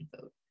vote